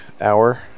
hour